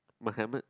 my helmet